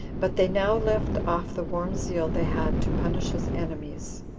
but they now left off the warm zeal they had to punish his enemies,